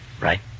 Right